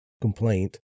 complaint